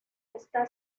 está